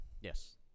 Yes